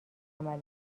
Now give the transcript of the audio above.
عمل